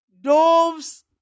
doves